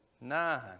nine